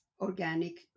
organic